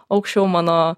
aukščiau mano